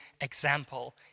example